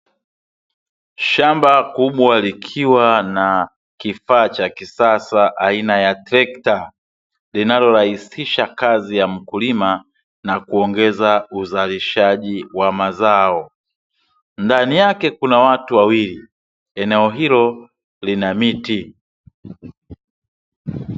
Shamba kubwa likiwa na kifaa cha kisasa aina ya trekta linalo rahisisha kazi ya mkulima na kuongeza uzalishaji wa mazao. Ndani yake kuna watu wawili, eneo hilo lina miti.